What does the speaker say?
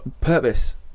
purpose